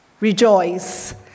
rejoice